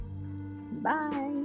bye